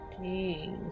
Jeez